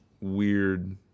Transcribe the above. weird